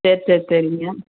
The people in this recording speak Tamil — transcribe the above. சரி சரி சரிங்க